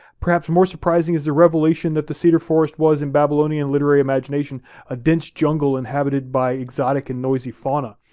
perhaps more surprising is the revelation that the cedar forest was in babylonian literary imagination a dense jungle inhabited by exotic and noisy fauna,